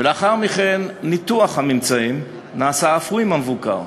ולאחר מכן ניתוח הממצאים נעשה אף הוא עם המבוקר,